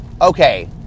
okay